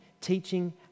teaching